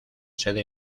sede